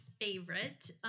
favorite